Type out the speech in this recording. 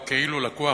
הוא כאילו לקוח